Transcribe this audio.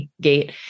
gate